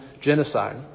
genocide